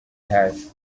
hasi